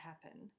happen